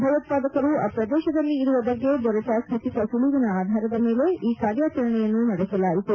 ಭಯೋತ್ವಾದಕರು ಆ ಪ್ರದೇಶದಲ್ಲಿ ಇರುವ ಬಗ್ಗೆ ದೊರೆತ ಖಚಿತ ಸುಳವಿನ ಆಧಾರದ ಮೇಲೆ ಈ ಕಾರ್ಯಾಚರಣೆಯನ್ನು ನಡೆಸಲಾಯಿತು